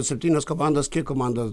septynios komandos kiek komanda